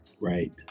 right